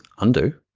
undo,